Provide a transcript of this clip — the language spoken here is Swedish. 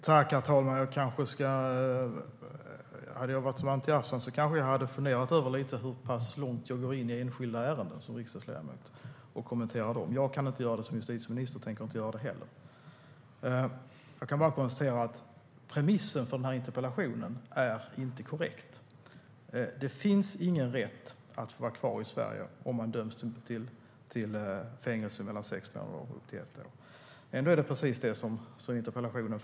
Herr talman! Om jag hade varit Anti Avsan kanske jag hade funderat lite över hur pass långt jag som riksdagsledamot ska gå in på och kommentera enskilda ärenden. Jag kan inte göra det som justitieminister och tänker heller inte göra det. Jag konstaterar bara att premissen för den här interpellationen inte är korrekt. Det finns ingen rätt att vara kvar i Sverige om man döms till fängelse i sex månader och upp till ett år. Ändå är det precis det som står i interpellationen.